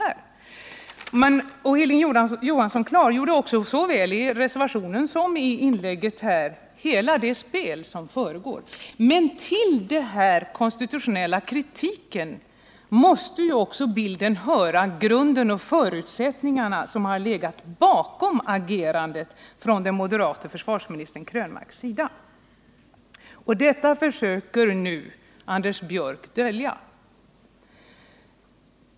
Hilding Johansson har också såväl i reservationen som i sitt inlägg här klargjort hela det spel som försiggår. Men till denna konstitutionella kritik måste också höra grunden och förutsättningarna för agerandet från den moderate försvarsministern Krönmarks sida. Detta försöker Anders Björck dölja.